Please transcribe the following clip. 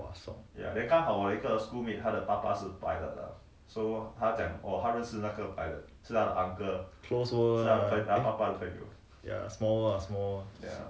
!wow! 爽 close world right